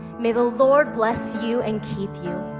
may the lord bless you and keep you,